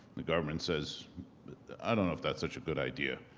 the government says i don't know if that's such a good idea.